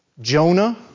Jonah